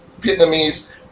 Vietnamese